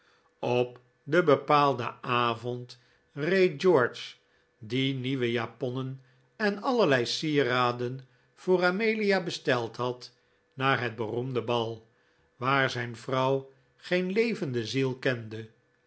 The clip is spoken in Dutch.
op den bepaalden avond reed george die nieuwe japonnen en allerlei sieraden voor amelia besteld had naar het beroemde bal waar zijn vrouw geen levende ziel kende